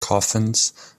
coffins